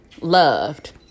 loved